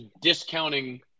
discounting